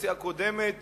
בקדנציה הקודמת